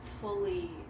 fully